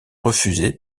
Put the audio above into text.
refusée